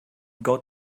got